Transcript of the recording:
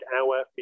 hour